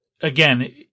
again